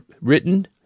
written